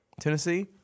Tennessee